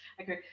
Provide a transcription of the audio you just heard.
okay